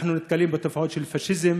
אנחנו נתקלים בתופעות של פאשיזם